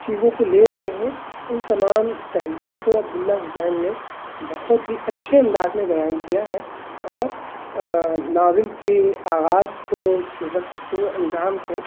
چیزوں کو لے رہے ہیں ان تمام پہلوؤں کو عبداللّہ حسین نے بہت ہی اچّھے انداز میں بیان کیا ہے اور ناول کے آغاز کو اس کے وسط کو انجام کو